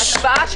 סגלוביץ'